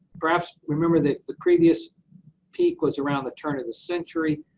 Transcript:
perhaps, remember the the previous peak was around the turn of the century,